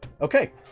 Okay